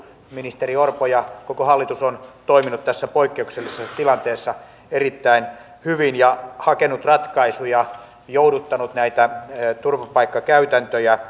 ministeri orpo ja koko hallitus ovat toimineet tässä poikkeuksellisessa tilanteessa erittäin hyvin ja hakeneet ratkaisuja jouduttaneet näitä turvapaikkakäytäntöjä